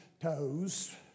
toes